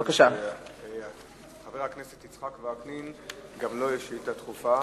מכיוון שגם לחבר הכנסת יצחק וקנין יש שאילתא דחופה.